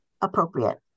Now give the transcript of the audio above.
appropriate